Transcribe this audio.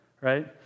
right